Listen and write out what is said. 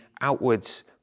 outwards